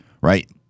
right